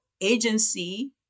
agency